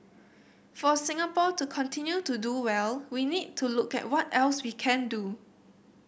for Singapore to continue to do well we need to look at what else we can do